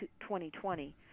2020